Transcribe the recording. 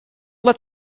let